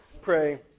Pray